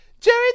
Jerry